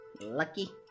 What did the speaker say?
Lucky